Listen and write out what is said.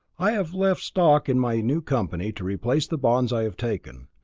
i have left stock in my new company to replace the bonds i have taken.